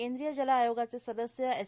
केंद्रीय जल आयोगाचे सदस्य एस